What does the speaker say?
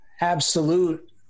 absolute